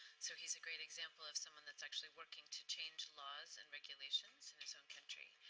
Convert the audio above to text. so he is a great example of someone that's actually working to change laws and regulations in his own country.